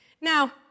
Now